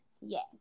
Yes